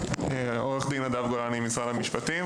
עורך דין נדב גולני ממשרד המשפטים,